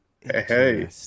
Hey